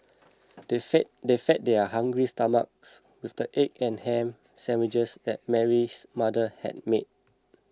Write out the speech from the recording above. they fed they fed their hungry stomachs with the egg and ham sandwiches that Mary's mother had made